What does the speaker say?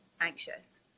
anxious